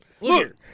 look